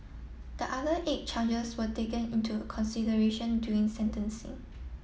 the other eight charges were taken into consideration during sentencing